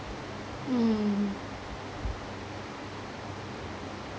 mm